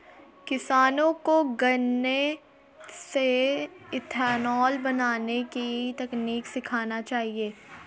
किसानों को गन्ने से इथेनॉल बनने की तकनीक सीखना चाहिए